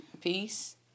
peace